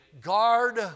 guard